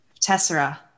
Tessera